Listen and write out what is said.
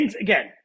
Again